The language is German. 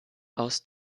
aus